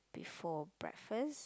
before breakfast